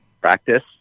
practice